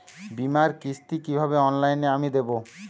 বীমার কিস্তি কিভাবে অনলাইনে আমি দেবো?